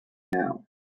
now